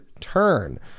turn